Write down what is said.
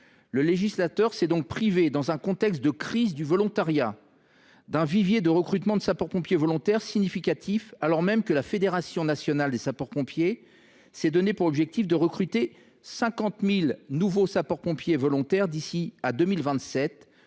le législateur s’est donc privé, dans un contexte de crise du volontariat, d’un vivier de recrutement de sapeurs pompiers volontaires significatif, alors même que la Fédération nationale des sapeurs pompiers de France (FNSPF) s’est donné pour objectif de recruter 50 000 volontaires d’ici à 2027